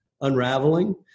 unraveling